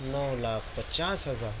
نو لاکھ پچاس ہزار